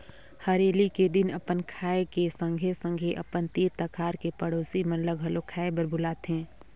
हरेली के दिन अपन खाए के संघे संघे अपन तीर तखार के पड़ोसी मन ल घलो खाए बर बुलाथें